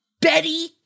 Betty